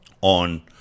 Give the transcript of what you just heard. on